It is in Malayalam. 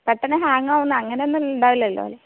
പെട്ടെന്ന് ഹാങ്ങ് ആവുന്ന അങ്ങനൊന്നും ഇല്ലല്ലോ അല്ലെ